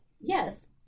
Yes